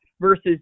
Versus